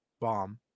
bomb